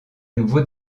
nouveau